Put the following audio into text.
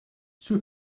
sur